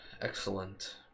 excellent